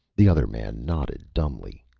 the other man nodded dumbly.